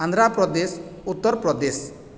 Andhra Pradesh Uttar Pradesh